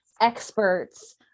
experts